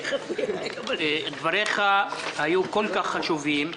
דבריך היו כל כך חשובים,